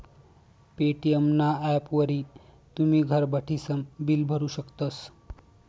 Paytm ना ॲपवरी तुमी घर बठीसन बिल भरू शकतस